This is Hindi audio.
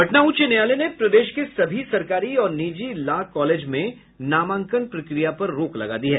पटना उच्च न्यायालय ने प्रदेश के सभी सरकारी और निजी लॉ कॉलेज में नामांकन प्रक्रिया पर रोक लगा दी है